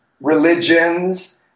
religions